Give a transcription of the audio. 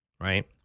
right